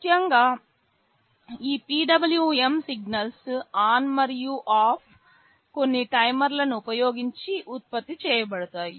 ముఖ్యంగా ఈ PWM signals on మరియు ఆఫ్ కొన్ని టైమర్లను ఉపయోగించి ఉత్పత్తి చేయబడతాయి